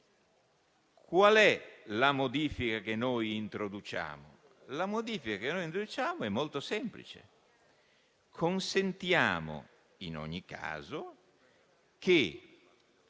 Qual è la modifica che noi introduciamo? La modifica che noi introduciamo è molto semplice. Consentiamo in ogni caso che